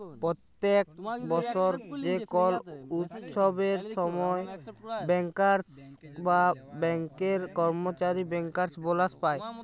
প্যত্তেক বসর যে কল উচ্ছবের সময় ব্যাংকার্স বা ব্যাংকের কম্মচারীরা ব্যাংকার্স বলাস পায়